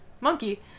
Monkey